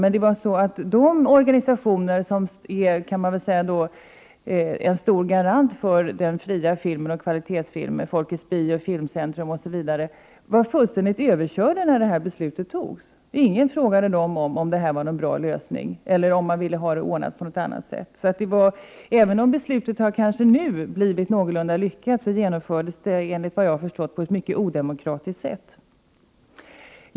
Men de organisationer som är stora garanter för den fria filmen och kvalitetsfilmer — Folkets bio, Filmcentrum osv. — var fullständigt överkörda när beslutet fattades. Ingen frågade dem om det var en bra lösning eller om de ville ha det ordnat på annat sätt. Även om beslutet är någorlunda lyckat, fattades det efter vad jag förstår på ett mycket odemokratiskt sätt.